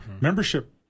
Membership